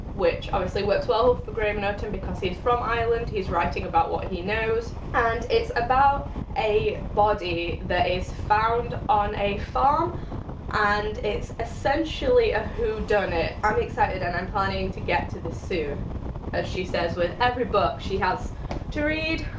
which obviously worked well for graham norton because he's from ireland he's writing about what he knows. and it's about a body that is found on a farm and it essentially a who done it? i'm excited and i'm planning to get to this soon as she says with every book she has to read.